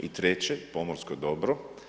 I treće, pomorsko dobro.